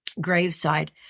graveside